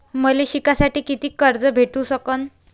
मले शिकासाठी कितीक कर्ज भेटू सकन?